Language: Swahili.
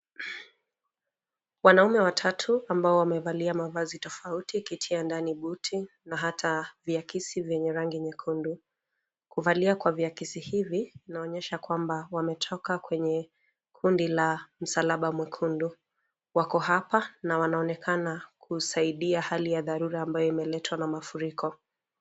Wanaume watatu ambao wamevalia mavazi tofauti kitia ndani buti na hata viakisi vyenye rangi nyekundu, kuvalia kwa viakisi hizi kunaonyesha kwamba wametoka kwenye kundi la Msalaba Mwekundu, wako hapa na wanaonekana kusaidia hali ya dharura ambayo imeletwa na mafuriko.